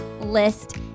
list